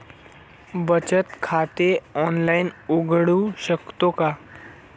बचत खाते ऑनलाइन उघडू शकतो का?